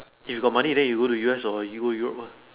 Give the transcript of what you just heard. if you got money then you go to U_S or you go Europe lah